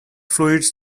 fluids